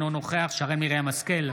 אינו נוכח שרן מרים השכל,